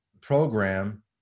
program